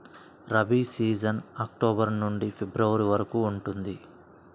rabi season October నుండి February వరకు ఉంటుంది